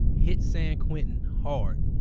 hit san quentin hard.